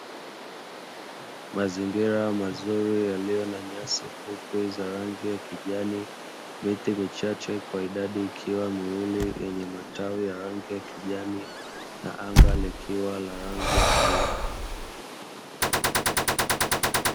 Mazingira mazuri yaliyo na nyasi fupi za rangi ya kijani, miti michache kwa idadi ikiwa miwili yenye matawi ya rangi ya kijani na anga likiwa la rangi ya bluu.